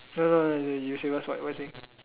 no no no you you say first what what you saying